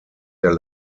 der